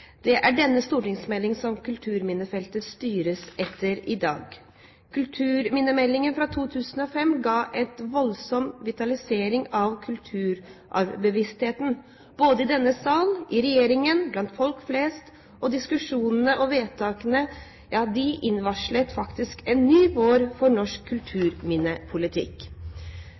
Det er denne stortingsmeldingen som kulturminnefeltet styres etter i dag. Kulturminnemeldingen fra 2005 ga en voldsom vitalisering av kulturbevisstheten, både i denne sal, i regjeringen og blant folk flest, og diskusjonene og vedtakene varslet en ny vår for norsk kulturminnepolitikk.